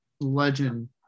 legend